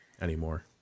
anymore